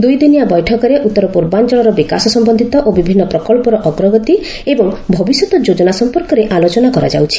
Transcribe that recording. ଦୁଇଦିନିଆ ବୈଠକରେ ଉତ୍ତର ପୂର୍ବାଞ୍ଚଳର ବିକାଶ ସମନ୍ଧୀତ ଓ ବିଭିନ୍ନ ପ୍ରକଳ୍ପର ଅଗ୍ରଗତି ଏବଂ ଭବିଷ୍ୟତ ଯୋଜନା ସମ୍ପର୍କରେ ଆଲୋଚନା କରାଯାଉଛି